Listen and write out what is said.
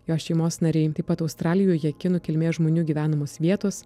jo šeimos nariai taip pat australijoje kinų kilmės žmonių gyvenamos vietos